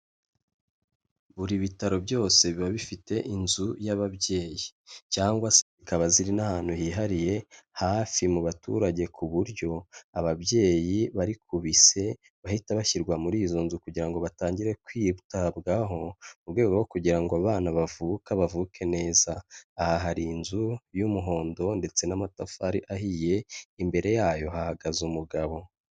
Buri bitaro byose biba bifite inzu y'ababyeyi cyangwa sekaba ziri n'ahantu hihariye hafi mu baturage ku buryo ababyeyi barikubise bahita bashyirwa muri izo nzu kugira ngo batangire kwitabwaho mu rwego rwo kugira ngo abana bavuka bavuke neza aha hari inzu y'umuhondo ndetse n'amatafari ahiye imbere yayo hahagaze umugabo.